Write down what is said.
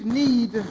need